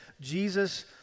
Jesus